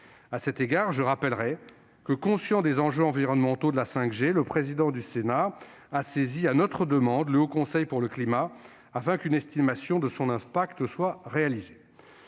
À cet égard, je rappellerai que, conscient des enjeux environnementaux de la 5G, le président du Sénat a saisi à notre demande le Haut Conseil pour le climat (HCC) afin qu'une estimation de son impact soit réalisée.